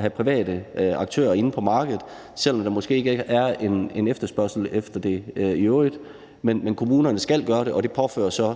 have private aktører på markedet, selv om der måske i øvrigt ikke er en efterspørgsel efter det, men kommunerne skal gøre det, og det påfører så